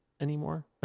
anymore